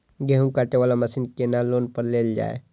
गेहूँ काटे वाला मशीन केना लोन पर लेल जाय?